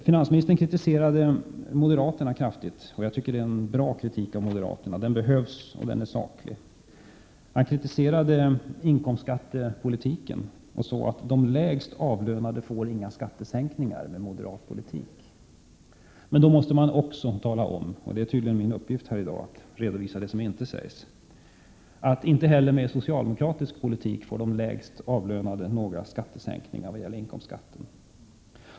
Finansministern kritiserade moderaterna kraftigt, och jag tycker att det är en bra kritik — den behövs, och den är saklig. Han kritiserade inkomstskattepolitiken och sade att de lägst avlönade inte får några skattesänkningar med moderat politik. Men då måste jag tala om — det är tydligen min uppgift i dag att redovisa det som inte sägs — att de lägst avlönade inte heller med socialdemokratisk politik får några sänkningar av inkomstskatten.